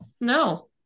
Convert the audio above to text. No